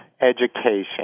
education